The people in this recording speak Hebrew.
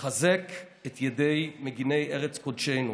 חזק את ידי מגיני ארץ קודשנו,